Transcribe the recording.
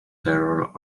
their